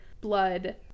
blood